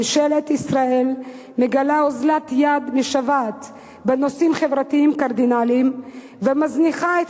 ממשלת ישראל מגלה אוזלת יד משוועת בנושאים חברתיים קרדינליים ומזניחה את